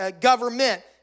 government